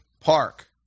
Park